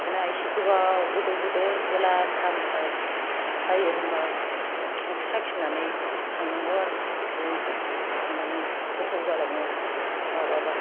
बिदिनो एसे गोबाव गोदौहोदो जेब्ला आमथा आमथा जायो होनबा संख्रि साखिनानै खांनांगौ आरो बिदि खांनानै गोथाव जालाङो माबाबा